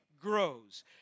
grows